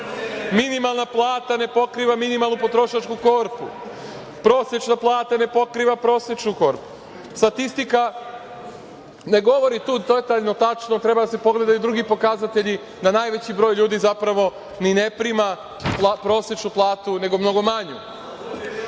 Minimalna plata ne pokriva minimalnu potrošačku korpu. Prosečna plata ne pokriva prosečnu korpu. Statistika ne govori tu detaljno tačno, treba da se pogledaju drugi pokazatelji da najveći broj ljudi zapravo ni ne prima prosečnu platu, nego mnogo manju.